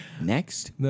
next